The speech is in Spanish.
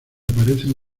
aparecen